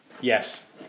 Yes